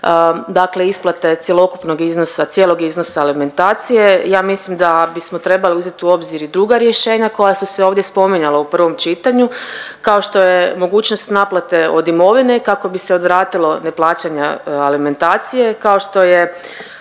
iznosa, cijelog iznosa alimentacije. Ja mislim da bismo trebali uzeti u obzir i druga rješenja koja su se ovdje spominjala u prvom čitanju kao što je mogućnost naplate od imovine kako bi se odvratilo neplaćanja alimentacije kao što je